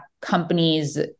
companies